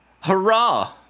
Hurrah